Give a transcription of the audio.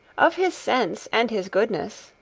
of his sense and his goodness,